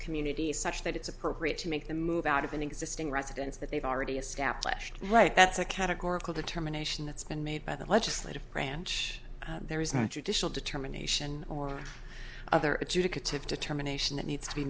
community such that it's appropriate to make the move out of an existing residence that they've already established right that's a categorical determination that's been made by the legislative branch there is not a judicial determination or other adjudicated determination that needs to be